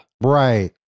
Right